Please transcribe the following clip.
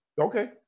okay